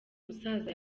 musaza